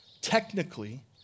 technically